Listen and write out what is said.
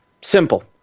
Simple